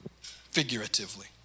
Figuratively